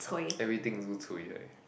everything also cui right